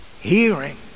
Hearing